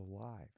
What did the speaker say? alive